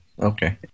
Okay